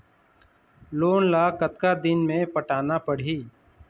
Loan ला कतका दिन मे पटाना पड़ही?